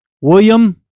William